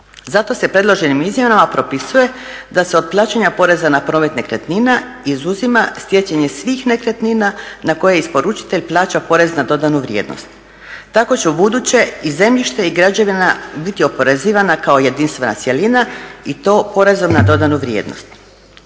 Zato se predloženim izmjenama propisuje da se od plaćanja poreza na promet nekretnina izuzima stjecanje svih nekretnina na koje je isporučitelj plaćao porez na dodanu vrijednost. Tako će u buduće i zemljište i građevina biti oporezivana kao jedinstvena cjelina i to porezom na dodanu vrijednost.